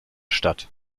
stadt